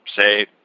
say